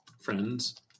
friends